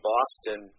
Boston